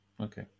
Okay